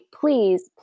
please